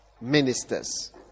ministers